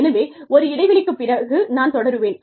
எனவே ஒரு இடைவெளிக்குப் பிறகு நான் தொடருவேன்